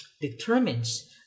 determines